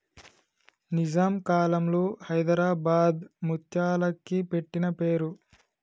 నిజాం కాలంలో హైదరాబాద్ ముత్యాలకి పెట్టిన పేరు